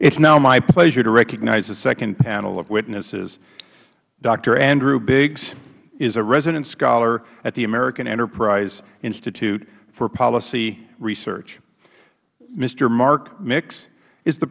is now my pleasure to recognize the second panel of witnesses doctor andrew biggs is a resident scholar at the american enterprise institute for policy research mister mark mix is the